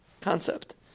concept